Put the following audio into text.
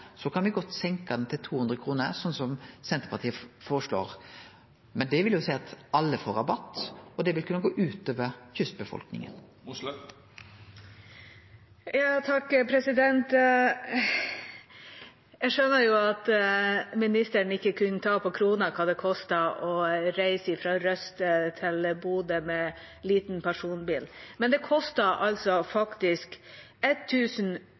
kan me godt senke han til 200 kr, sånn som Senterpartiet føreslår, men det vil seie at alle får rabatt, og det vil kunne gå ut over kystbefolkninga. Jeg skjønner at ministeren ikke kunne ta på krona hva det koster å reise fra Røst til Bodø med en liten personbil, men det koster altså